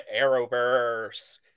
Arrowverse